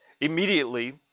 Immediately